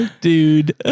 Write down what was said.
Dude